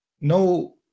No